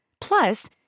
Plus